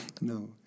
No